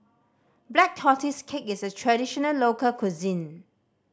Black Tortoise Cake is a traditional local cuisine